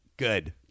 good